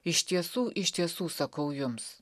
iš tiesų iš tiesų sakau jums